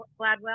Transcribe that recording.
Gladwell